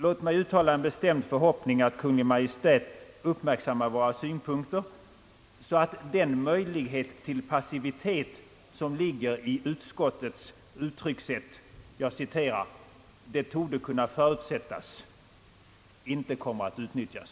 Låt mig uttala en bestämd förhoppning att Kungl. Maj:t uppmärksammar våra synpunkter, så att den möjlighet till passivitet, som ligger i utskottets uttryckssätt »det torde kunna förutsättas», inte kommer att utnyttjas.